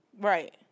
right